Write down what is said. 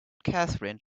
catherine